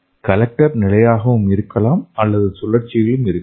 collector நிலையாக இருக்கலாம் அல்லது சுழற்சியில் இருக்கலாம்